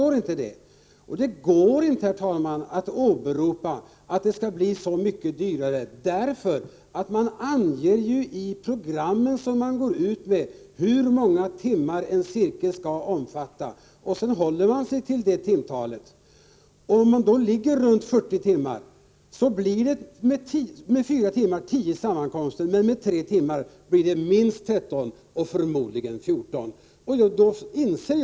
Det går inte, herr talman, att åberopa att det skulle bli så mycket dyrare. Studieförbunden anger ju i de program som de går ut med hur många timmar en cirkel skall omfatta. Sedan håller man sig till det timtalet. Om man ligger runt 40 timmar, blir det med fyra timmar tio sammankomster och med tre timmar minst tretton, förmodligen fjorton, sammankomster.